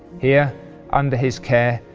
here under his care,